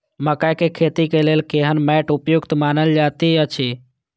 मकैय के खेती के लेल केहन मैट उपयुक्त मानल जाति अछि?